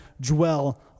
dwell